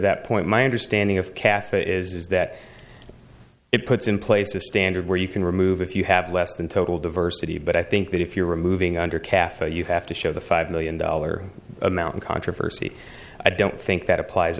that point my understanding of katha is that it puts in place a standard where you can remove if you have less than total diversity but i think that if you're removing under cafe you have to show the five million dollar amount in controversy i don't think that applies